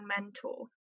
mentor